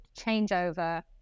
changeover